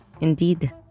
Indeed